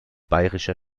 bayerischer